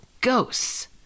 Ghosts